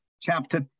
chapter